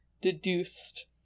deduced